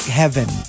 heaven